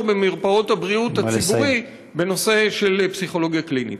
במרפאות בריאות הציבור בנושא של פסיכולוגיה קלינית.